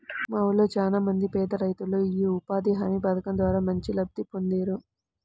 మా ఊళ్ళో చానా మంది పేదరైతులు యీ ఉపాధి హామీ పథకం ద్వారా మంచి లబ్ధి పొందేరు